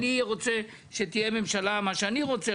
אני רוצה שתהיה ממשלה מה שאני רוצה,